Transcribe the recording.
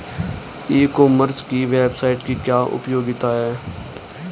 ई commerce की website की क्या उपयोगिता है?